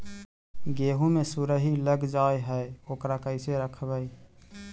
गेहू मे सुरही लग जाय है ओकरा कैसे रखबइ?